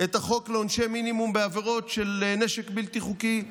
העברנו את החוק לעונשי מינימום בעבירות של נשק בלתי חוקי,